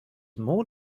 more